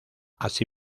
así